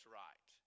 right